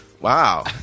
Wow